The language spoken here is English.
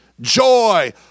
joy